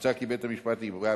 מוצע כי בית-המשפט יקבע,